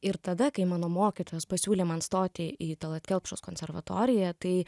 ir tada kai mano mokytojas pasiūlė man stoti į tallat kelpšos konservatoriją tai